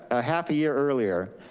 a half a year earlier.